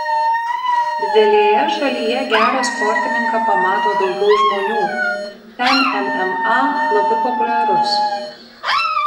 didelėje šalyje gerą sportininką pamato daugiau žmonių ten mma labai populiarus